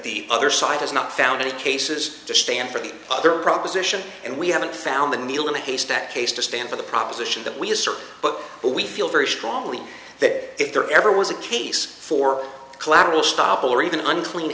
the other side has not found any cases to stand for the other proposition and we haven't found the needle in the haystack case to stand for the proposition that we assert but we feel very strongly that if there ever was a case for collateral stoppel or even unclean